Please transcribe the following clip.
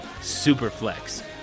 SuperFlex